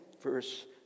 verse